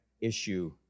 issue